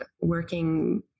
working